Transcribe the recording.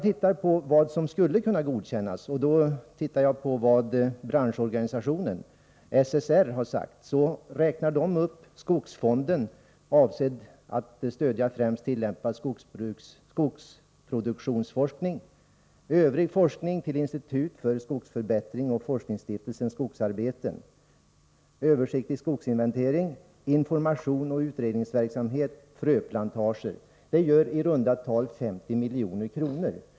Till sådant som skulle kunna godkännas — och jag läser då vad branschorganisationen SSR har sagt — hör skogsfonden, som är avsedd att stödja främst tillämpad skogsproduktionsforskning, övrig forskning till institut för skogsförbättring och forskningsstiftelsens skogsarbete, översiktlig skogsinventering, informationsoch utredningsverksamhet samt fröplantager. Detta kostar i runda tal 50 milj.kr.